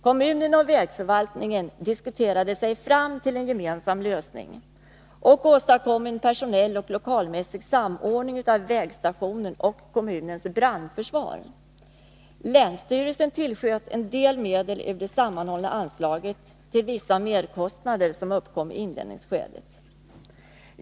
Kommunen och vägförvaltningen diskuterade sig fram till en gemensam lösning och åstadkom en personell och lokalmässig samordning av vägstationen och kommunens brandförsvar. Länsstyrelsen tillsköt en del medel ur det sammanhållna anslaget till vissa merkostnader som uppkom i inledningsskedet.